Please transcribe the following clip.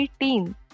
team